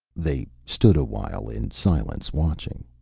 they stood a while in silence, watching.